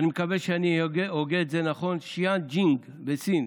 אני מקווה שאני הוגה את זה נכון, שינג'יאנג בסין.